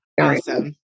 Awesome